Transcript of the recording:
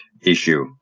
issue